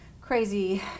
crazy